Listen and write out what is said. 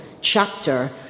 chapter